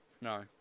no